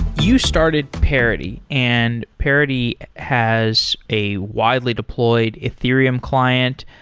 you started parity, and parity has a widely deployed ethereum client.